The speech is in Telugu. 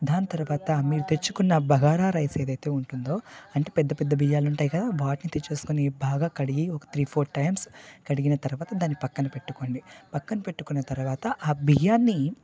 దాని తర్వాత మీరు తెచ్చుకున్న బగారా రైస్ ఏదైతే ఉంటుందో అంటే పెద్దపెద్ద బియ్యాలు ఉంటాయి కదా వాటిని తెచ్చుకొని బాగా కడిగి ఒక త్రీ ఫోర్ టైమ్స్ బాగా కడిగిన తరువాత దాన్ని పక్కన పెట్టుకోండి పక్కన పెట్టుకున్న తర్వాత ఆ బియ్యాన్ని